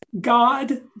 God